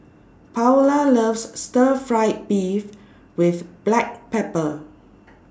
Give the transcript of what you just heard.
Paola loves Stir Fried Beef with Black Pepper